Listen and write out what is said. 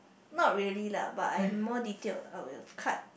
not really lah but I'm more detailed uh cut